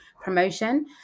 promotion